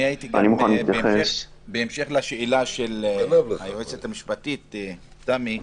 בהמשך לשאלה של היועצת המשפטית תמי,